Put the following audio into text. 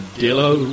dillo